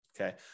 okay